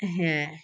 সেইয়াই